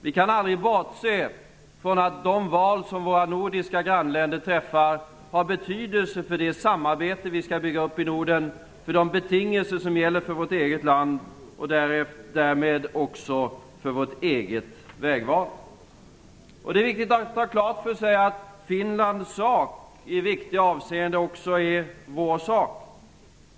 Vi kan aldrig bortse från att de val som våra nordiska grannländer träffar har betydelse för det samarbete vi skall bygga upp i Norden, för de betingelser som gäller för vårt eget land och därmed också för vårt eget vägval. Det är viktigt att ha klart för sig att Finlands sak i viktiga avseenden också är vår sak.